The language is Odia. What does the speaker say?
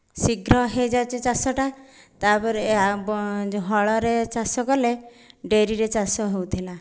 ଶୀଘ୍ର ହୋଇଯାଉଛି ଚାଷଟା ତାପରେ ହଳରେ ଚାଷ କଲେ ଡେରିରେ ଚାଷ ହେଉଥିଲା